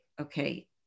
okay